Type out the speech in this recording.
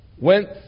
went